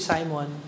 Simon